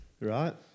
right